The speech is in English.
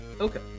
Okay